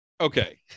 okay